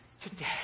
today